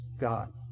God